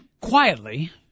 quietly